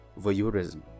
voyeurism